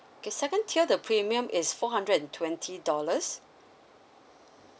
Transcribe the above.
K second tier the premium is four hundred and twenty dollars